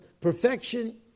perfection